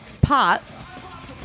Pot